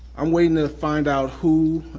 i'm waiting to find out who,